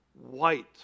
White